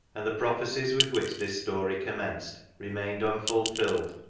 and the prophecies with which this story commenced remained unfulfilled.